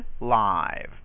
live